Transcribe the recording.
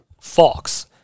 Fox